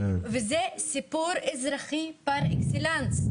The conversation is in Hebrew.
וזה סיפור אזרחי פר אקסלנס.